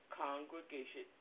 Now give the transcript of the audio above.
congregation